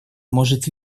может